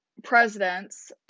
presidents